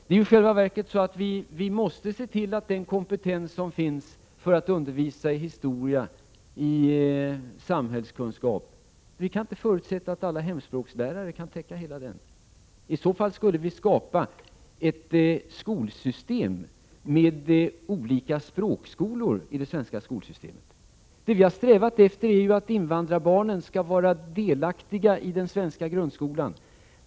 Vi måste i själva verket slå vakt om den kompetens som finns för att undervisa i t.ex. historia och samhällskunskap. Vi kan inte förutsätta att alla hemspråkslärare kan täcka in dessa områden. Vi skulle i så fall inom det svenska skolväsendet skapa ett system med olika språkskolor. Vi har strävat efter att invandrarbarnen skall vara delaktiga i den svenska grundskolan.